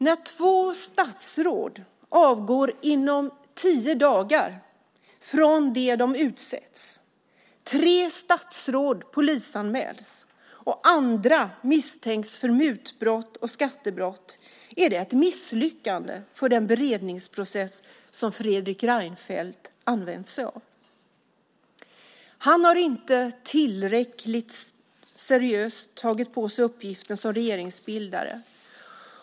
När två statsråd avgår inom tio dagar från det att de utsetts, tre statsråd polisanmäls och andra misstänks för mutbrott och skattebrott är det ett misslyckande för den beredningsprocess som Fredrik Reinfeldt använt sig av. Han har inte tillräckligt seriöst tagit på sig uppgiften som regeringsbildare.